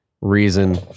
reason